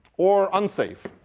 or unsafe.